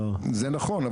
זה נכון,